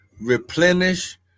replenish